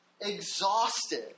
exhausted